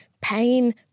pain